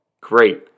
great